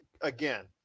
again